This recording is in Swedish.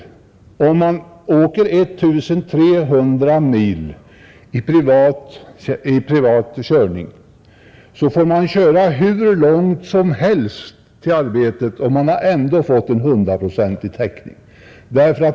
Om man kör 1 300 mil privat får man köra hur långt som helst till arbetet och har ändå fått en hundraprocentig täckning.